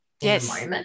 yes